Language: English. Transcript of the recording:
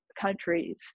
countries